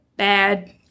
bad